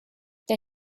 der